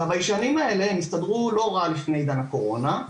הביישנים האלה הסתדרו לא רע לפני עידן הקורונה,